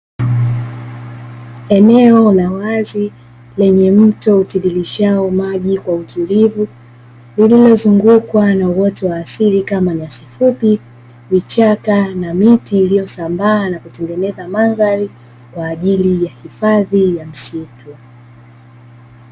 Eneo la wazi lenye mto utiririshao maji kwa utulivu lililozungukwa na uoto wa asili kama nyasi fupi, vichaka na miti iliyosambaa na kutengeneza mandhari kwa ajili ya hifadhi ya msitu.